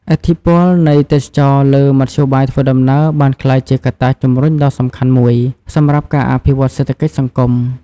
ឥទ្ធិពលនៃទេសចរណ៍លើមធ្យោបាយធ្វើដំណើរបានក្លាយជាកត្តាជំរុញដ៏សំខាន់មួយសម្រាប់ការអភិវឌ្ឍសេដ្ឋកិច្ចសង្គម។